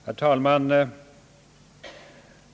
Herr talman!